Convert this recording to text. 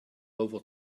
over